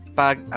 pag